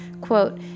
Quote